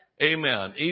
Amen